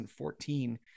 2014